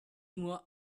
nur